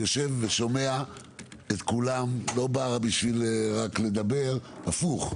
הוא יושב ושומע את כולם, לא בא רק כדי לדבר, הפוך.